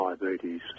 diabetes